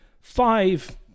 five